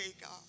God